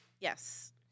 Yes